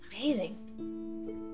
amazing